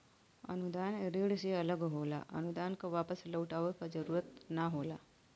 अनुदान ऋण से अलग होला अनुदान क वापस लउटाये क जरुरत ना होला